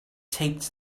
taped